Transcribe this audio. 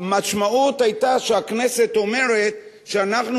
המשמעות היתה שהכנסת אומרת שאנחנו